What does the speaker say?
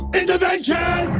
intervention